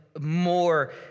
more